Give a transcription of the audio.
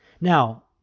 Now